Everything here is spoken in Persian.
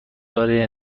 داره